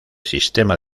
sistema